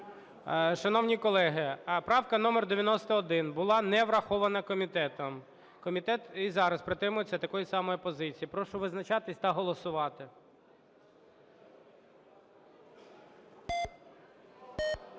Шановні колеги, правка номер 91 була не врахована комітетом. Комітет і зараз притримується такої самої позиції. Прошу визначатись та голосувати.